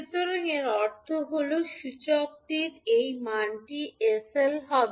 সুতরাং এর অর্থ হল সূচকটির এই মানটি 𝑠𝐿 হবে